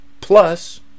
plus